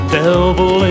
devil